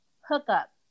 hookup